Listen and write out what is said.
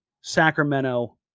Sacramento